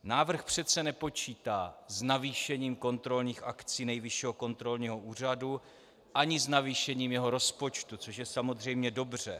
Návrh přece nepočítá s navýšením kontrolních akcí Nejvyššího kontrolního úřadu ani s navýšením jeho rozpočtu, což je samozřejmě dobře.